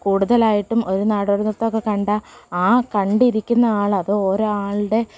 കൂടുതലായിട്ടും ഒരു നാടോടിനൃത്തമെന്നൊക്കെ കണ്ടാൽ ആ കണ്ടിരിക്കുന്ന ആൾ അത് ഒരാളുടെ